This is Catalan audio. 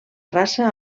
raça